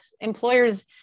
employers